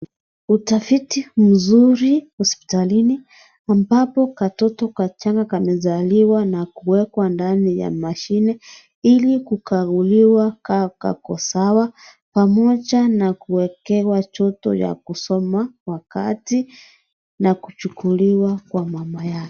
Utafiti mzuri hospitalini ambapo katoto kachanga kamezaliwa na kuwekwa ndani ya mashine ili kukaguliwa kama kako sawa pamoja na kuwekewa joto ya kusoma kwa wakati na kuchukuliwa kwa mama yake.